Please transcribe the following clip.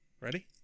Ready